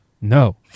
No